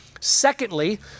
Secondly